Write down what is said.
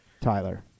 Tyler